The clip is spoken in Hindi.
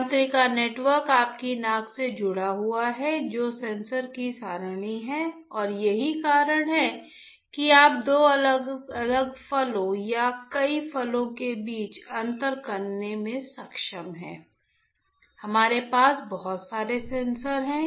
तंत्रिका नेटवर्क आपकी नाक से जुड़ा हुआ है जो सेंसर की सारणी है और यही कारण है कि आप दो अलग अलग फलों या कई फलों के बीच अंतर करने में सक्षम हैं हमारे पास बहुत सारे सेंसर हैं